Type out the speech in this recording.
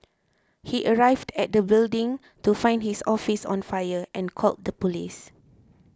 he arrived at the building to find his office on fire and called the police